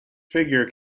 figure